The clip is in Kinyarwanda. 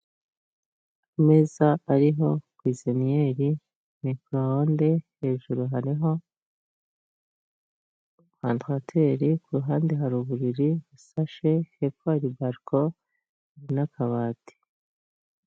Ameza ariho kwiziniyeri, mikorowonde, hejuru hariho vandarateri. Ku ruhande hari uburiri busashe, hepfo hari bariko n'akabati.